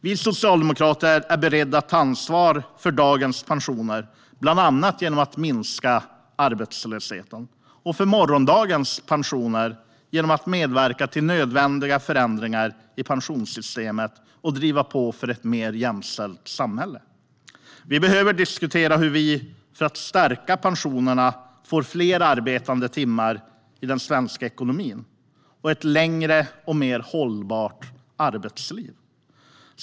Vi socialdemokrater är beredda att ta ansvar för dagens pensioner bland annat genom att minska arbetslösheten, och för morgondagens pensioner, genom att medverka till nödvändiga förändringar i pensionssystemet och driva på för ett mer jämställt samhälle. Vi behöver diskutera hur vi, för att stärka pensionerna, får fler arbetade timmar i den svenska ekonomin och ett längre och mer hållbart arbetsliv.